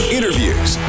Interviews